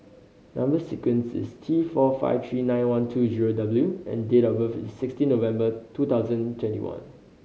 number sequence is T four five three nine one two zero W and date of birth is sixteen November two thousand twenty one